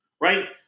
Right